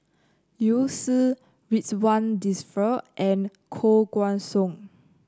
Liu Si Ridzwan Dzafir and Koh Guan Song